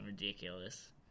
ridiculous